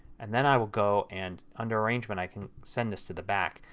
and then i will go and under arrange but i can send this to the back.